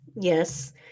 Yes